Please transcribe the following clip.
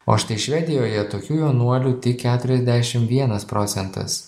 o štai švedijoje tokių jaunuolių tik keturiadešim vienas procentas